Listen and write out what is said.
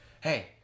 hey